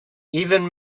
even